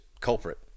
culprit